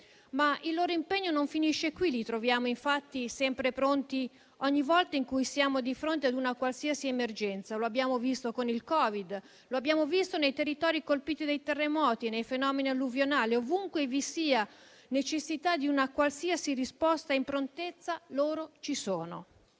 Ma il loro impegno non finisce qui. Li troviamo, infatti, sempre pronti, ogni volta in cui siamo di fronte ad una qualsiasi emergenza. Lo abbiamo visto con il Covid-19; lo abbiamo visto nei territori colpiti dai terremoti e dai fenomeni alluvionali. Ovunque vi sia necessità di una qualsiasi risposta in prontezza, loro ci sono.